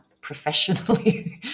Professionally